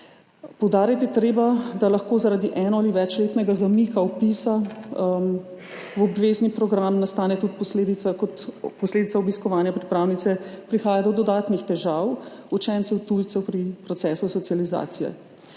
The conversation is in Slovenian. Poudariti je treba, da lahko zaradi eno- ali večletnega zamika vpisa v obvezni program kot posledica obiskovanja pripravnice prihaja do dodatnih težav učencev tujcev pri procesu socializacije.